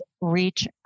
reach